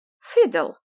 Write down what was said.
Fiddle